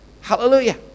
Hallelujah